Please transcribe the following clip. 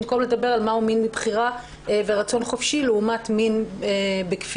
במקום לדבר על מהו מין מבחירה ורצון חופשי לעומת מין בכפייה.